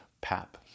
pap